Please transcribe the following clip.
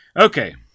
Okay